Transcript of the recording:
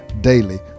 Daily